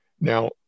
Now